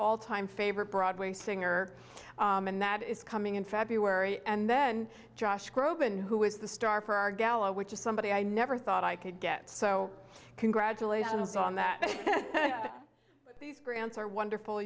all time favorite broadway singer and that is coming in february and then josh groban who is the star for our gala which is somebody i never thought i could get so congratulations on that these grants are wonderful